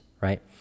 right